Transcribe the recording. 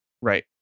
Right